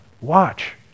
watch